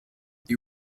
the